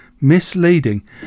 misleading